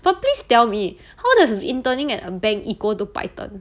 but please tell me how does interning at a bank equal to python